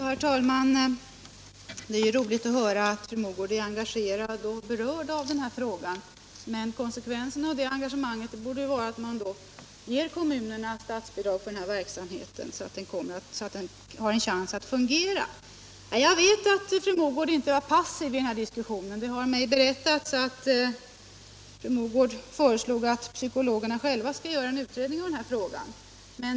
Herr talman! Det är roligt att höra att fru Mogård är engagerad och berörd av den här frågan, men konsekvenserna av det engagemanget borde väl vara att man då ger kommunerna statsbidrag för verksamheten, så att den har någon chans att fungera. Jag vet att fru Mogård inte har varit passiv i diskussionen med skolpsykologerna. Det har berättats mig att fru Mogård föreslagit att psykologerna själva skall göra en utredning av frågan.